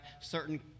certain